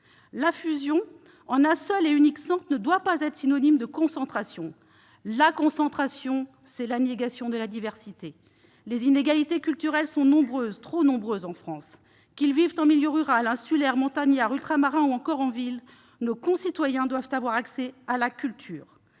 La fusion en une seule et unique instance ne doit pas être synonyme de concentration : la concentration, c'est la négation de la diversité. Les inégalités culturelles sont nombreuses, trop nombreuses en France. Qu'ils vivent en milieu rural, insulaire, montagnard, ultramarin ou urbain, nos concitoyens doivent avoir accès à la culture.